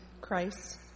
Christ